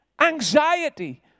anxiety